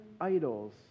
idols